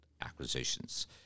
acquisitions